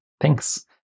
thanks